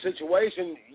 situation